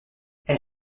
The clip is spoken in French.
elle